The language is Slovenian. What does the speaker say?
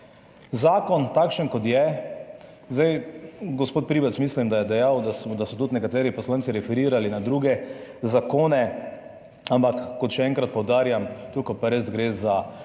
Zakon, takšen kot je, mislim, da je gospod Pribac dejal, da so tudi nekateri poslanci referirali na druge zakone, ampak kot še enkrat poudarjam, tukaj pa res gre za